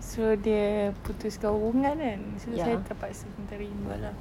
suruh dia putuskan hubungan kan so saya terpaksa terima lah